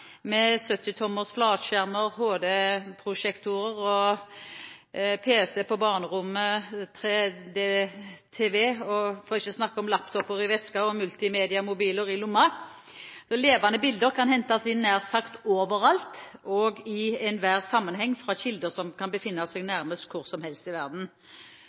med 70 tommers flatskjermer, HD-prosjektorer, pc på barnerommet, 3D-tv, «laptop» i veska og multimediemobiler i lommen. Levende bilder kan hentes inn nær sagt overalt og i enhver sammenheng – fra kilder som kan befinne seg nærmest hvor som helst i verden.